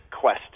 quest